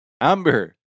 Amber